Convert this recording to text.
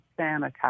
sanitize